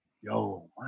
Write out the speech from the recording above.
Yo